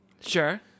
Sure